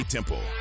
Temple